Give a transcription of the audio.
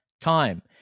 time